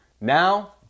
Now